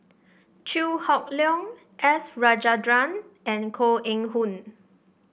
Chew Hock Leong S Rajendran and Koh Eng Hoon